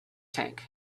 tank